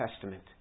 Testament